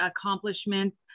accomplishments